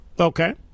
Okay